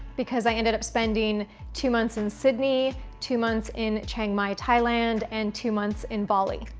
because i ended up spending two months in sydney, two months in chiang mai, thailand, and two months in bali.